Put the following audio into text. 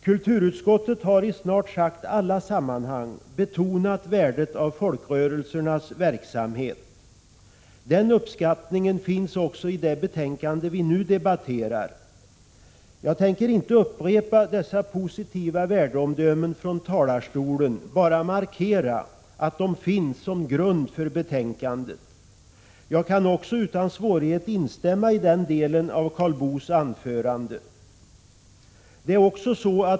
Kulturutskottet har i snart sagt alla sammanhang betonat värdet av folkrörelsernas verksamhet. Den uppskattningen finns också i det betänkande vi nu debatterar. Jag tänker inte upprepa dessa positiva värdeomdömen från talarstolen utan bara markera att de finns som grund för betänkandet. Jag kan också utan svårighet instämma i den delen av Karl Boos anförande.